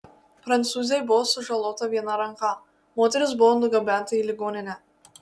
prancūzei buvo sužalota viena ranka moteris buvo nugabenta į ligoninę